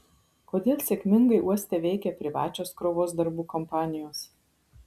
kodėl sėkmingai uoste veikia privačios krovos darbų kompanijos